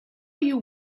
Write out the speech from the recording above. you